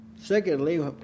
Secondly